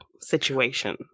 situation